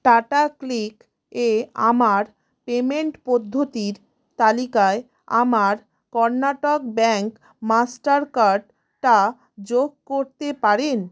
tata click এ আমার payment পদ্ধতির তালিকায় আমার কর্ণাটক ব্যাঙ্ক মাস্টারকার্ডটা যোগ করতে পারেন